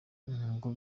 ngo